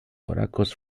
polacos